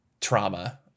trauma